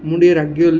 ମୁଁ ଟିକେ ରାଗିଗଲି